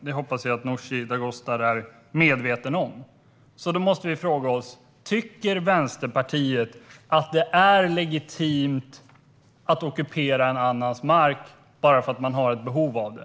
Det hoppas jag att Nooshi Dadgostar är medveten om. Då måste vi fråga oss: Tycker Vänsterpartiet att det är legitimt att ockupera en annans mark bara för att man har ett behov av det?